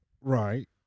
Right